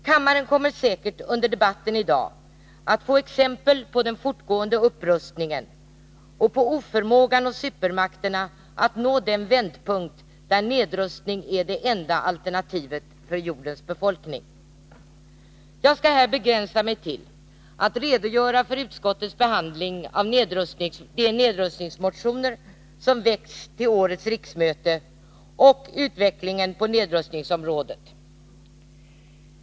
Kammaren kommer säkert att under debatten i dag få exempel på den fortgående upprustningen och på oförmågan hos supermakterna att nå den vändpunkt där nedrustning är det enda alternativet för jordens befolkning. Jag skall här begränsa mig till att redogöra för utskottets behandling av de nedrustningsmotioner som väckts till årets riksmöte och för utvecklingen på nedrustningsområdet.